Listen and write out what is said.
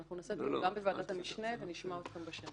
אנחנו נעשה דיון גם בוועדת המשנה ונשמע אתכן בשנית.